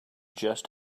just